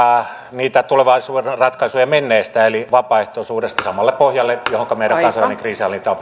niitä tulevaisuuden ratkaisuja menneestä eli vapaaehtoisuudesta samalle pohjalle johonka meidän kansainvälinen kriisinhallinta on